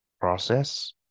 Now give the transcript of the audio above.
process